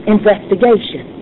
Investigation